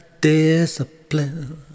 discipline